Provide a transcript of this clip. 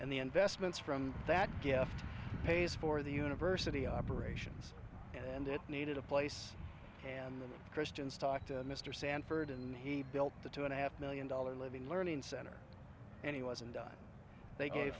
and the investments from that gift pays for the university operations and it needed a place and the christians talk to mr sanford and he built the two and a half million dollar living learning center and he was and they gave